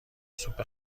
سوپ